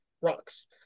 rocks